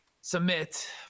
submit